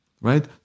right